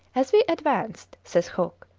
as we advanced, says huc,